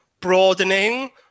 broadening